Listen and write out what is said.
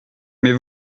mais